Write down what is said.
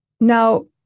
Now